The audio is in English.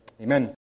Amen